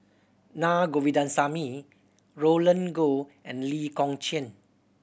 Naa Govindasamy Roland Goh and Lee Kong Chian